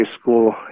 school